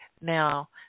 now